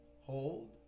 Hold